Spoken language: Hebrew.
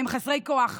והם חסרי כוח,